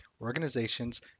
organizations